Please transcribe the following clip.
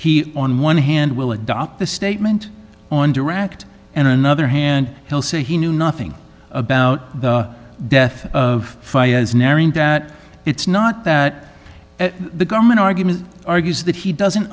that he on one hand will adopt the statement on direct and another hand he'll say he knew nothing about the death of that it's not that the government argument argues that he doesn't